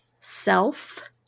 self